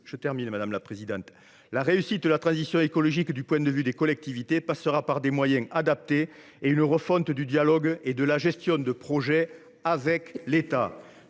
retenus en matière de climat. La réussite de la transition écologique du point de vue des collectivités passera par des moyens adaptés et par une refonte du dialogue et de la gestion de projets avec l’État.